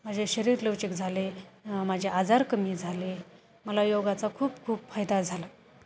माझे शरीर लवचिक झाले माझे आजार कमी झाले मला योगाचा खूप खूप फायदा झाला